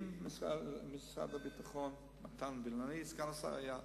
עם משרד הביטחון, מתן וילנאי, סגן השר, היה,